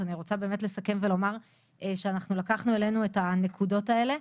אז אני רוצה באמת לסכם ולומר שאנחנו לקחנו אלינו את הנקודות האלה.